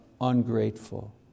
ungrateful